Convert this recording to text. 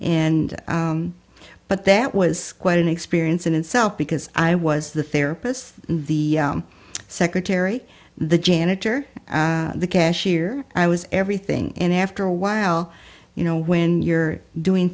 and but that was quite an experience in itself because i was the therapist and the secretary the janitor the cashier i was everything and after a while you know when you're doing